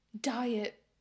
diet